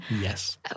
Yes